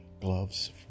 gloves